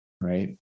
right